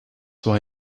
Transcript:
why